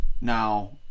now